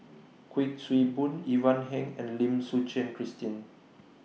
Kuik Swee Boon Ivan Heng and Lim Suchen Christine